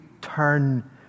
turn